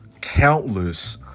countless